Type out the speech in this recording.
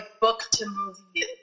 book-to-movie